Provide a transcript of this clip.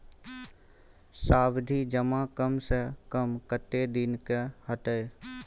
सावधि जमा कम से कम कत्ते दिन के हते?